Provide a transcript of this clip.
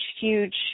huge